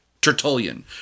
Tertullian